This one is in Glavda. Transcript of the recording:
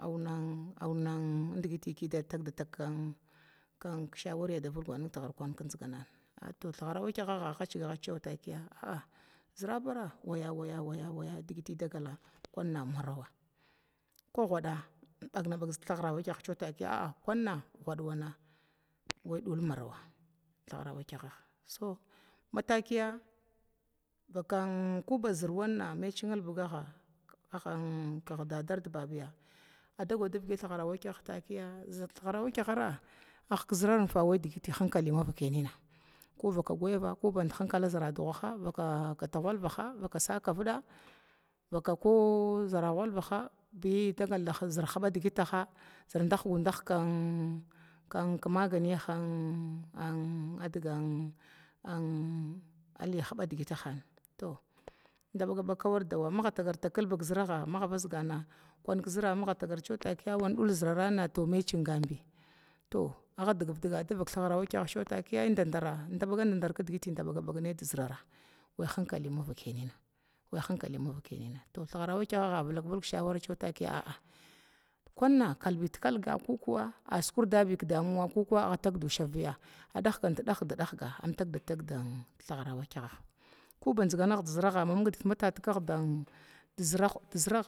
Aunan aunan digiti kida tagdatag kan kan shawari kan davilga nih tigir kun kinzigana aito thigara wakagaga ciga gaciga ciwa takiya, a'a zərabarah waya waya waya digiti dagala marawa, ku guda bagna ba thigara wakagaga kunna guɗwana wai dul marawa thigara wakagaga, so mata kiya ko ba kan zər wanna mai cinglbigaga agga kig babar di daada adago dafiga thigara wakagaga ciwa takiya thigara a wakagara agga ki zəra rihfa wai digiti hinkalin invakai nina, ko vaka gwayava ko band hinkala zara dugaha ko gata hulfa ko asa davida vaka ko zəra hulfaha bi dagal da huba zər digitaha ko dahgu dahga zər maganiha an an adigan an lidiga huba digitahan to ənda baga kawar dawa maga tagar tag kilbi ki zəralga kun zərh maga tagar tag agga vazgana maga tagar ciwa takiya wandul zərar, to ma cingan bi to agga digiv diga davak thigara wakagaga dara indabadar kidgiti inda babag dizərava wai hinkali mavakai nina wai hinkali mavakain nina, thigava wakagaga vilak vilga shawar taki a'a kunna kalbi di kalga ku kuwa asukurda bi ki damu ku agga tag dushava biya, agga dahgat dah di dahga attagda tad di thigara wakagaga kuba zənganang di zəraha ma tatakag di zəraga.